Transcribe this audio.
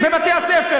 בבתי-הספר,